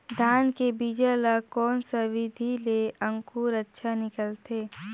धान के बीजा ला कोन सा विधि ले अंकुर अच्छा निकलथे?